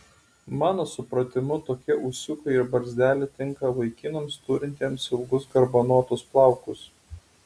mano supratimu tokie ūsiukai ir barzdelė tinka vaikinams turintiems ilgus garbanotus plaukus